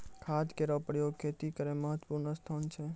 खाद केरो प्रयोग खेती करै म महत्त्वपूर्ण स्थान छै